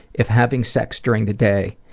if having sex during the day,